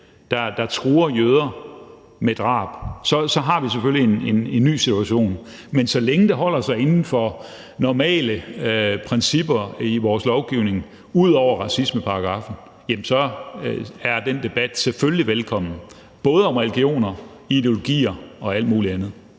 der truer jøder med drab, så har vi selvfølgelig en ny situation. Men så længe det holder sig inden for normale principper i vores lovgivning ud over racismeparagraffen, er den debat selvfølgelig velkommen, både om religioner, ideologier og alt muligt andet.